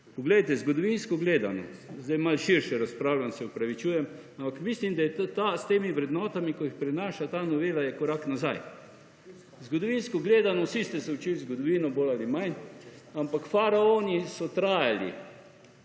Poglejte, zgodovinsko gledamo, zdaj malo širše razpravljam, se opravičujem, ampak mislim, da je s temi vrednotami, ki jih prinaša ta novela, je korak nazaj. Zgodovinsko gledano, vsi ste se učili zgodovino bolj ali manj, ampak faraoni so trajali